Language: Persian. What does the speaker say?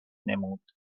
نمود